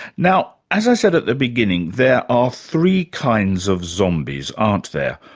now, as i said at the beginning, there are three kinds of zombies, aren't there?